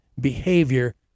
behavior